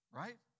right